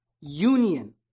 union